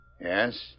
Yes